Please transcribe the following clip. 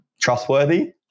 trustworthy